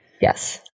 yes